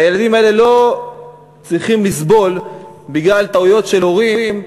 הילדים האלה לא צריכים לסבול בגלל טעויות של הורים,